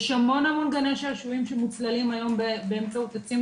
יש המון המון גני שעשועים שמוצללים באמצעות עצים,